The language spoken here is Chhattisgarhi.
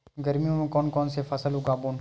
गरमी मा कोन कौन से फसल उगाबोन?